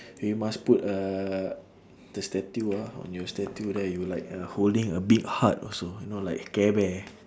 we must put uh the statue ah on your statue there you like uh holding a big heart also you know like care bear